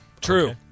True